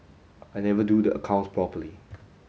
I never do the accounts properly